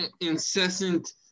incessant